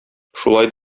шулай